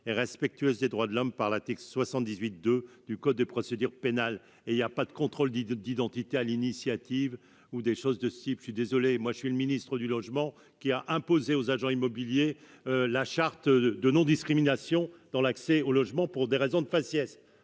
et respectueuse des droits de l'homme par la 78 2 du code de procédure pénale et il y a pas de contrôle dit de d'identité à l'initiative, ou des choses de ce type, je suis désolée, moi je suis le ministre du logement qui a imposé aux agents immobiliers, la charte de non-discrimination dans l'accès au logement, pour des raisons de faciès,